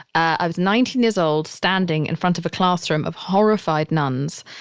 i was nineteen years old, standing in front of a classroom of horrified nuns,